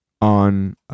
on